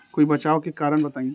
कोई बचाव के कारण बताई?